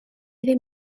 ddim